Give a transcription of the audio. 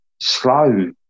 slow